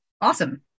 awesome